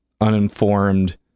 uninformed